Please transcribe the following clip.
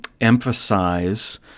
emphasize